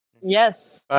Yes